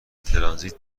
ترانزیت